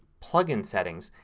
plug in settings,